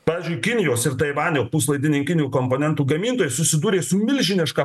pavyzdžiui kinijos ir taivanio puslaidininkinių komponentų gamintojai susidūrė su milžiniška